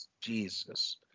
Jesus